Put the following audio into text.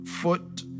foot